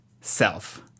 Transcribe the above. self